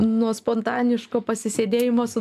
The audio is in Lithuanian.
nuo spontaniško pasisėdėjimo su